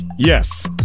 Yes